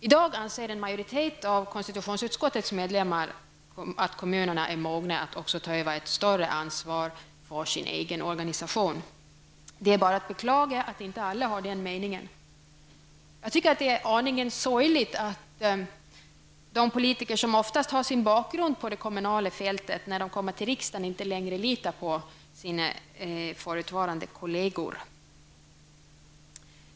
I dag anser en majoritet av konstitutionsutskottets ledamöter att kommunerna nu är mogna att också ta ett större ansvar för sin egen organisation. Det är bara att beklaga att inte alla har den meningen. Jag tycker att det är en aning sorgligt att de politiker som har sin bakgrund på det kommunala fältet innan de kom till riksdagen ofta inte längre lita på sina förutvarande kolleger.